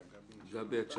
גבי, שמעת?